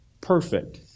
perfect